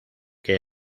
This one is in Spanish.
que